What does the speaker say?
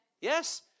Yes